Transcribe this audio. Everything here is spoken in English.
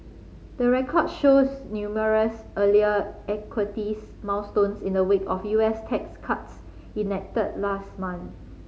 the record shows numerous earlier equities milestones in the wake of U S tax cuts enacted last month